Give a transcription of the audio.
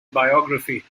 biography